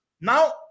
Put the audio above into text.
now